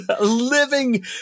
living